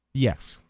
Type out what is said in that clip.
yes.